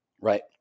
right